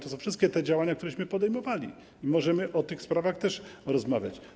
To są wszystkie te działania, które podejmowaliśmy, i możemy o tych sprawach też rozmawiać.